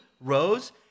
rose